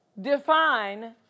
define